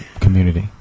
community